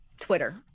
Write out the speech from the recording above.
Twitter